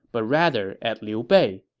but rather at liu bei.